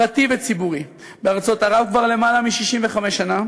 פרטי וציבורי, בארצות ערב, כבר למעלה מ-65 שנה,